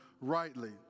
rightly